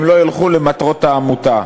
הם לא ילכו למטרות העמותה,